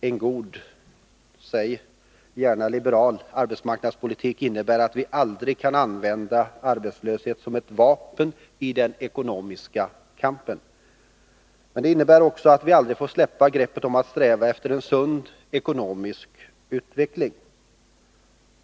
En god — säg gärna liberal — arbetsmarknadspolitik innebär att vi aldrig kan använda arbetslöshet som ett vapen i den ekonomiska kampen, men den innebär också att vi aldrig får släppa greppet om strävan efter en sund ekonomisk utveckling.